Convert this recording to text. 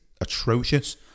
atrocious